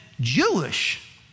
Jewish